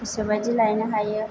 गोसोबाइदि लायनो हायो